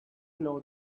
know